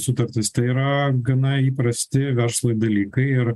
sutartis tai yra gana įprasti verslui dalykai ir